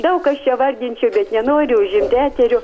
daug aš čia vardinčiau bet noriu užimti eterio